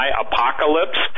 apocalypse